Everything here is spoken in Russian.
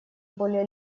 более